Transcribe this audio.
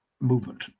movement